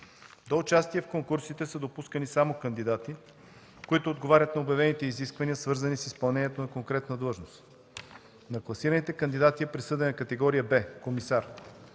До участие в конкурсите са допускани само кандидати, които отговарят на обявените изисквания, свързани с изпълнението на конкретна длъжност. На класираните кандидати е присъдена категория „Б” – комисар.